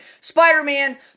Spider-Man